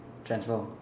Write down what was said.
transform